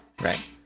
Right